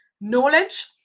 Knowledge